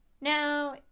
Now